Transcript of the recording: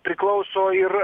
priklauso ir